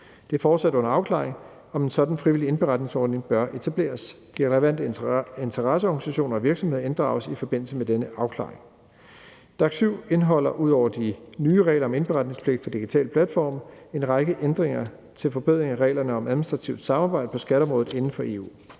Det er fortsat under afklaring, om en sådan frivillig indberetningsordning bør etableres. Det er relevant, at interesseorganisationer og virksomheder inddrages i forbindelse med denne afklaring. DAC7 indeholder ud over de nye regler om indberetningspligt for digitale platforme en række ændringer til forbedring af reglerne om administrativt samarbejde på skatteområdet inden for EU.